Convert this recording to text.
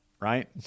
right